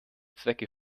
zwecke